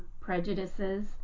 prejudices